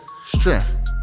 strength